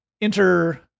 enter